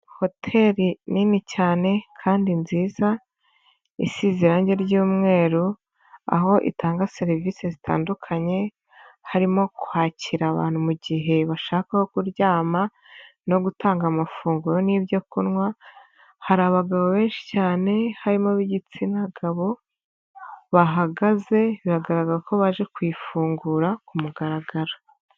Hoteli nini cyane kandi nziza isize irangi ry'umweru aho itanga serivise zitandukanye, harimo kwakira abantu mu gihe bashaka aho kuryama no gutanga amafunguro n'ibyo kunywa, hari abagabo benshi cyane harimo ab'igitsina gabo bahagaze biragaragara ko baje kuyifungura ku mugaragaro.